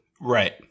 Right